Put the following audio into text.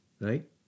right